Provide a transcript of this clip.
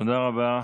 תודה רבה.